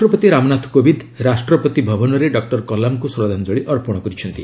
ରାଷ୍ଟ୍ରପତି ରାମନାଥ କୋବିନ୍ଦ ରାଷ୍ଟ୍ରପତି ଭବନରେ ଡକୁର କଲାମଙ୍କୁ ଶ୍ରଦ୍ଧାଞ୍ଜଳୀ ଅର୍ପଣ କରିଛନ୍ତି